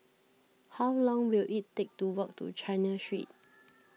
how long will it take to walk to China Street